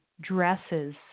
dresses